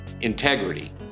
integrity